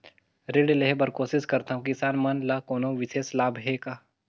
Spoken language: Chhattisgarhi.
ऋण लेहे बर कोशिश करथवं, किसान मन ल कोनो विशेष लाभ हे का?